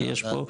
כי יש פה,